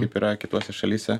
kaip yra kitose šalyse